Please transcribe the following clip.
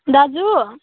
दाजु